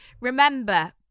remember